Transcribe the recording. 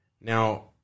Now